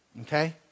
okay